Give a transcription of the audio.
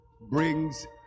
brings